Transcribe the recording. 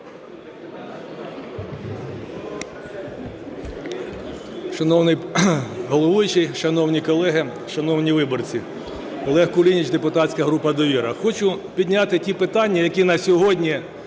Шановний головуючий, шановні колеги, шановні виборці! Олег Кулініч, депутатська група "Довіра". Хочу підняти ті питання, які на сьогодні